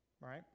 right